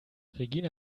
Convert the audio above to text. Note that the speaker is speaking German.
regina